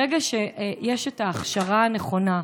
ברגע שיש את ההכשרה הנכונה,